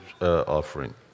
offering